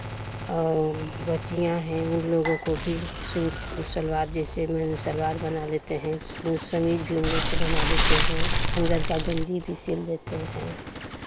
और बच्चियाँ हैं उन लोगों को भी सूट सलवार जैसे में सलवार बना लेते हैं समीज भी उन लोग को बना देते हैं अंदर का गंजी भी सिल देते हैं